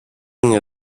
mnie